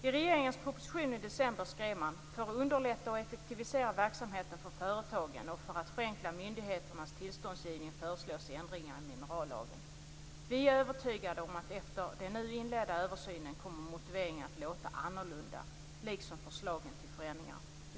I regeringens proposition i december skriver man: "För att underlätta och effektivisera verksamheten för företagen och för att förenkla myndigheternas tillståndsgivning föreslås ändringar i minerallagen Vi är övertygade om att efter den nu inledda översynen kommer motiveringen att låta annorlunda, liksom förslagen till förändringar.